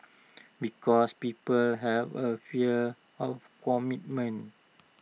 because people have A fear of commitment